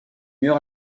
murs